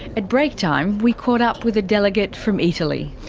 at break time, we caught up with a delegate from italy.